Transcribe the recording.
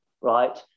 right